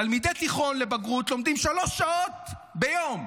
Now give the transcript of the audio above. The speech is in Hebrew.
תלמידי תיכון לבגרות לומדים שלוש שעות ביום,